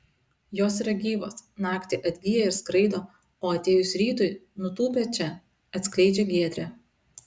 jos yra gyvos naktį atgyja ir skraido o atėjus rytui nutūpia čia atskleidžia giedrė